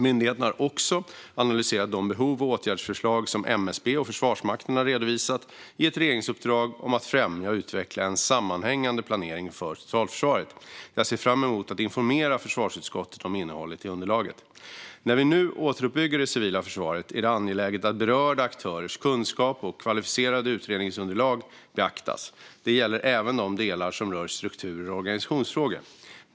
Myndigheterna har också analyserat de behov och åtgärdsförslag som MSB och Försvarsmakten har redovisat i ett regeringsuppdrag om att främja och utveckla en sammanhängande planering för totalförsvaret. Jag ser fram emot att informera försvarsutskottet om innehållet i underlaget. När vi nu återuppbygger det civila försvaret är det angeläget att berörda aktörers kunskap och kvalificerade utredningsunderlag beaktas. Detta gäller även de delar som rör strukturer och organisationsfrågor.